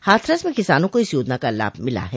हाथरस में किसानों को इस योजना का लाभ मिला है